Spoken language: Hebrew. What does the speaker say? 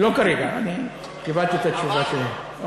לא כרגע, אני קיבלתי את התשובה שלי.